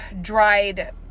dried